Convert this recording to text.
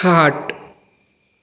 खाट